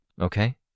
Okay